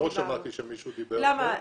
לא שמעתי שמישהו דיבר עליהם כאן.